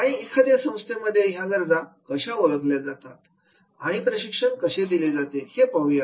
आणि एखाद्या संस्थेमध्ये ह्या गरजा कशा ओळखल्या जातात आणि प्रशिक्षण कसे दिले जाते हे पाहूया